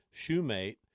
Shoemate